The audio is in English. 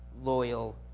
loyal